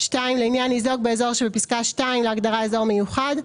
לעניין ניזוק באזור שבפסקה (2) להגדרה "אזור מיוחד"